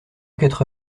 quatre